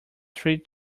three